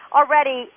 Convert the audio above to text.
already